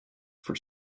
for